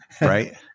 right